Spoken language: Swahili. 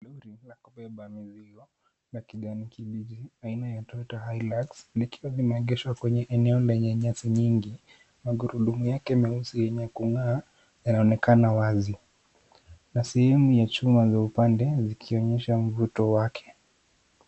Lori la kubeba mizigo la kijani kibichi aina ya Toyota Hilux, ikiwa limeegeshwa kwenye eneo lenye nyasi nyingi. Magurudumu yake meusi yenye kung'aa yanaonekana wazi na sehemu ya chuma za upande zikionyesha mvuto wake.